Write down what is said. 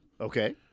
okay